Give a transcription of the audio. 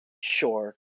sure